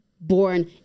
born